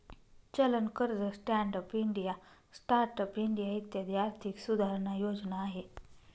चलन कर्ज, stand up India, start up India इत्यादी आर्थिक सुधारणा योजना आहे